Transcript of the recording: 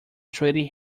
treaty